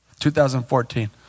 2014